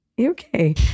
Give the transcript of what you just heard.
Okay